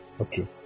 okay